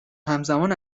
همزمان